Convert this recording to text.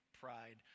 pride